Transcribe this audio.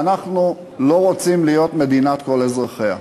אנחנו לא רוצים להיות מדינת כל אזרחיה.